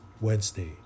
Wednesday